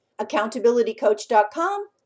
accountabilitycoach.com